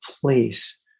place